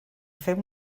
fer